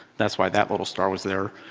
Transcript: that's why that little star was there